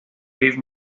gave